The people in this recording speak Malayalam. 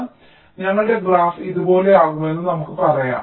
അതിനാൽ ഞങ്ങളുടെ ഗ്രാഫ് ഇതുപോലെയാകുമെന്ന് നമുക്ക് പറയാം